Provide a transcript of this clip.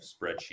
spreadsheet